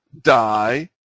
die